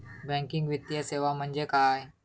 Banking वित्तीय सेवा म्हणजे काय?